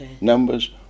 Numbers